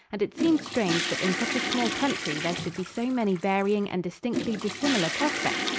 and it seemed strange that in such a small country there should be so many varying and distinctly dissimilar prospects,